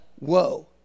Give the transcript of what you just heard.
whoa